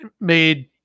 made